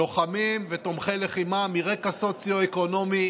לוחמים ותומכי לחימה מרקע סוציו-אקונומי